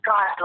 God